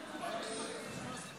--- אז מה קורה פה?